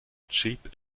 cheap